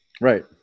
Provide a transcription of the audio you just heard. Right